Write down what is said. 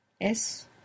Es